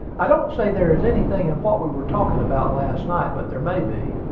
i don't say there is anything in what we were talking about last night, but there may be.